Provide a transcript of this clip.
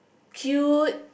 cute